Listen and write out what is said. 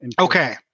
Okay